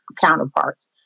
counterparts